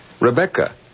Rebecca